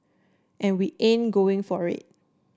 and we ain't going for it